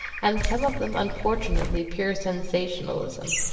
and some of them unfortunately pure sensationalism,